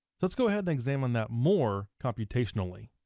so let's go ahead and examine that more computationally.